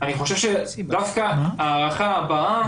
אני חושב שדווקא ההארכה הבאה,